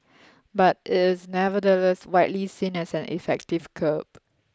but it is nevertheless widely seen as an effective curb